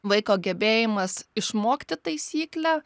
vaiko gebėjimas išmokti taisyklę